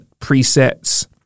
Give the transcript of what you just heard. presets